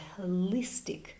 holistic